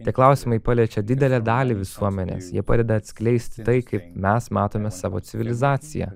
tie klausimai paliečia didelę dalį visuomenės jie padeda atskleisti tai kaip mes matome savo civilizaciją